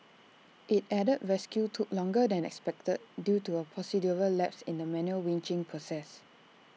IT added rescue took longer than expected due to A procedural lapse in the manual winching process